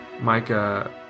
Micah